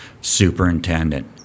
superintendent